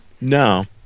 No